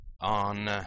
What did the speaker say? on